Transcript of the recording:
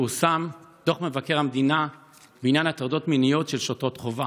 פורסם דוח מבקר המדינה בעניין הטרדות מיניות של שוטרות חובה.